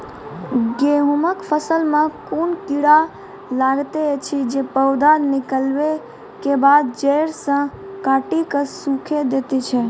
गेहूँमक फसल मे कून कीड़ा लागतै ऐछि जे पौधा निकलै केबाद जैर सऽ काटि कऽ सूखे दैति छै?